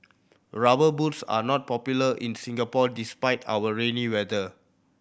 Rubber Boots are not popular in Singapore despite our rainy weather